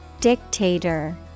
Dictator